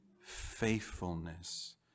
faithfulness